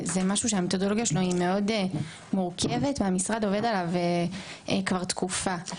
זה משהו שהמתודולוגיה שלו היא מאוד מורכבת והמשרד עובד עליו כבר תקופה.